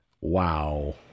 Wow